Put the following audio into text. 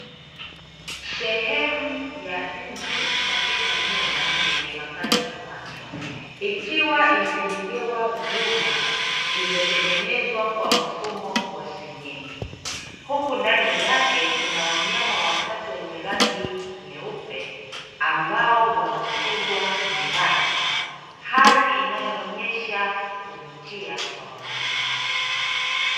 Sehemu ya nje katika nyumba yenye makazi ya watu, ikiwa imejengewa vyumba vilivyotengenezewa kwa mfumo wa senyenge, huku ndani yake kuna wanyama watatu wenye rangi nyeupe, ambao wanafugwa nyumbani, hali inayoonesha kuvutia kwa wanyama hao.